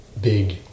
big